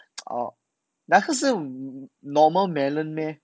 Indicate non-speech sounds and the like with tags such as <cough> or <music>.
<noise> oh 那个是 normal melon meh